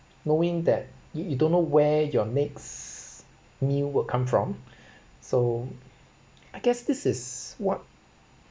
knowing that you you don't know where your next meal would come from so I guess this is what